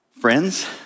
Friends